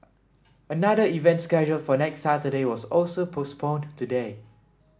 another event scheduled for next Saturday was also postponed today